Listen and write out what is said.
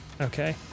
Okay